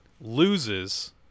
loses